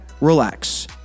relax